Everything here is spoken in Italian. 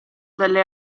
delle